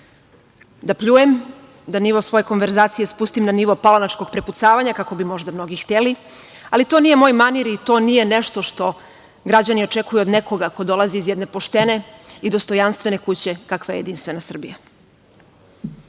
Da pljujem, da nivo svoje konverzacije spustim na nivo palanačkog prepucavanja, kako bi možda mnogi hteli, ali to nije moj manir i to nije nešto što građani očekuju od nekoga ko dolazi iz jedne poštene i dostojanstvene kuće kakva je Jedinstvena Srbija. Kao